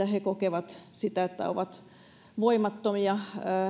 he kokevat että ovat voimattomia